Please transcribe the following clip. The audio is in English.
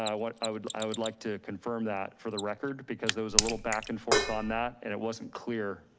i would, i would i would like to confirm that for the record, because there was a little back and forth on that and it wasn't clear.